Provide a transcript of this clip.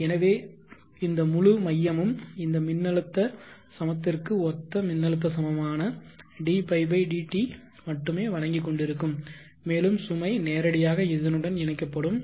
எனவே இந்த முழு மையமும் இந்த மின்னழுத்த சமத்திற்கு ஒத்த மின்னழுத்த சமமான dϕ dt மட்டுமே வழங்கிக்கொண்டிருக்கும் மேலும் சுமை நேரடியாக இதனுடன் இணைக்கப்படும்